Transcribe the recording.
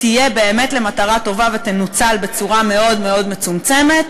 תהיה באמת למטרה טובה ותנוצל בצורה מאוד מאוד מצומצמת.